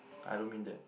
I don't mean that